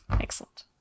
Excellent